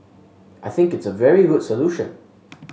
I think it's a very good solution